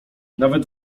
nawet